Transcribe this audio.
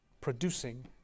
producing